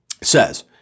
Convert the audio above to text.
says